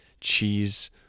cheese